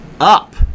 up